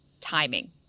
timing